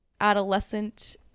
adolescent